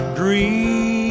dream